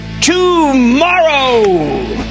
tomorrow